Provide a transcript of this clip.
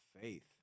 faith